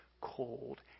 cold